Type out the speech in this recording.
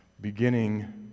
beginning